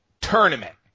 tournament